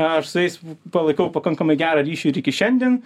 aš su jais palaikau pakankamai gerą ryšį ir iki šiandien